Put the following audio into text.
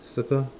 circle ah